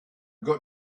got